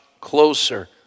closer